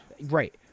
Right